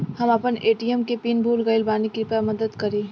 हम आपन ए.टी.एम के पीन भूल गइल बानी कृपया मदद करी